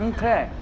Okay